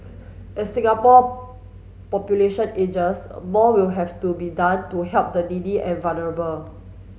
as Singapore population ages more will have to be done to help the needy and vulnerable